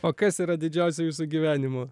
o kas yra didžiausia jūsų gyvenimo